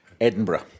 Edinburgh